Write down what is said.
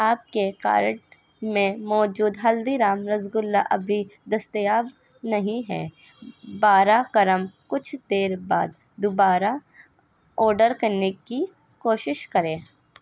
آپ کے کارٹ میں موجود ہلدی رام رسگلا ابھی دستیاب نہیں ہے بارہ کرم کچھ دیر بعد دوبارہ آڈر کرنے کی کوشش کریں